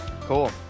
cool